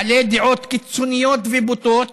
בעלי דעות קיצוניות ובוטות,